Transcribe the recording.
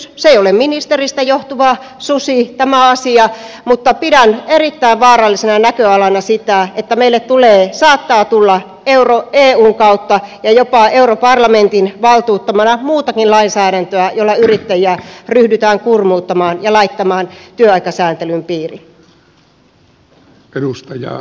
se ei ole ministeristä johtuva susi tämä asia mutta pidän erittäin vaarallisena näköalana sitä että meille tulee saattaa tulla eun kautta ja jopa europarlamentin valtuuttamana muutakin lainsäädäntöä jolla yrittäjiä ryhdytään kurmuuttamaan ja laittamaan työaikasääntelyn piiriin